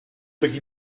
bych